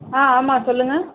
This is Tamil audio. ஆ ஆமாம் சொல்லுங்கள்